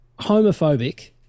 homophobic